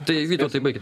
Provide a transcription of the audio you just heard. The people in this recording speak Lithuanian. tai vytautai baikit